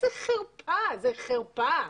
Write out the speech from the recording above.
איזה חרפה, זו חרפה.